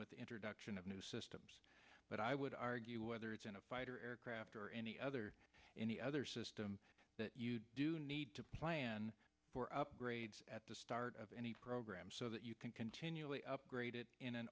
with the introduction of new systems but i would argue whether it's in a fighter aircraft or any other any other system that you do need to plan for upgrades at the start of any program so that you can continually upgrade it in an